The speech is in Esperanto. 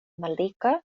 maldika